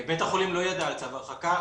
בית החולים לא ידע על צו ההרחקה.